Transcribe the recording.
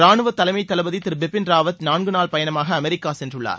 ரானுவ தலைமை தளபதி திரு பிபின் ராவத் நான்குநாள் பயணமாக அமெரிக்கா சென்றுள்ளார்